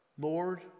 Lord